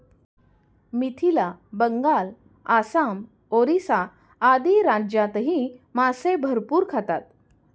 मिथिला, बंगाल, आसाम, ओरिसा आदी राज्यांतही मासे भरपूर खातात